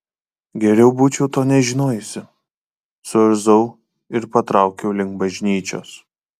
geriau būčiau to nežinojusi suirzau ir patraukiau link bažnyčios